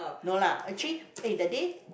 no lah actually eh that day